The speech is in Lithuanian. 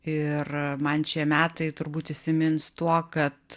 ir man šie metai turbūt įsimins tuo kad